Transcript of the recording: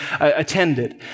attended